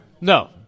No